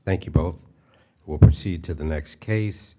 thank you both will proceed to the next case